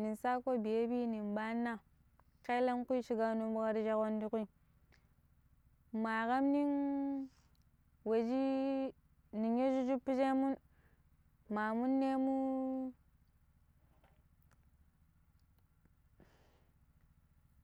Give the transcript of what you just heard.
nin saako biya pi nin ɓaanna kaelenƙu shikano bar shika wandu kin kumma kam nin we shi ninya shu shupijemun ma monne mu.